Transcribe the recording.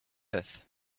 earth